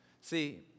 see